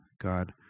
God